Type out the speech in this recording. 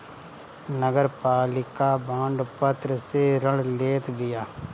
नगरपालिका बांड पत्र से ऋण लेत बिया